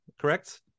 correct